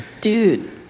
Dude